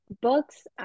Books